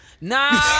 nah